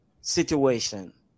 situation